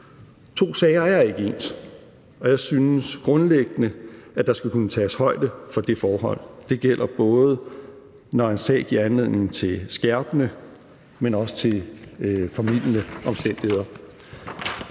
To sager er ikke ens, og jeg synes grundlæggende, at der skal kunne tages højde for det forhold. Det gælder både, når en sag giver anledning til skærpende omstændigheder, men også formildende omstændigheder.